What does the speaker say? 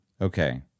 okay